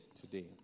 today